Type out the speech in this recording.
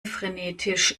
frenetisch